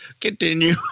Continue